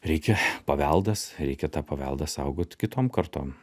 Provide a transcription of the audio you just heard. reikia paveldas reikia tą paveldą saugot kitom kartom